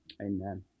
Amen